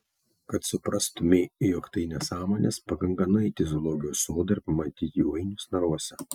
kad suprastumei jog tai nesąmonės pakanka nueiti į zoologijos sodą ir pamatyti jų ainius narvuose